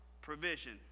provision